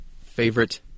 favorite